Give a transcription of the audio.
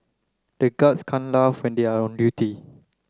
the guards can't laugh when they are on duty